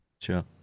Sure